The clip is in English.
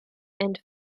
and